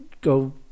go